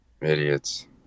Idiots